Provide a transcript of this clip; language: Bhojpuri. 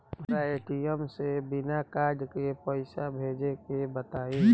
हमरा ए.टी.एम से बिना कार्ड के पईसा भेजे के बताई?